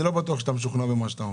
אני לא בטוח שאתה משוכנע במה שאתה אומר.